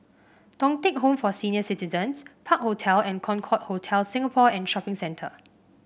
Thong Teck Home for Senior Citizens Park Hotel and Concorde Hotel Singapore and Shopping Centre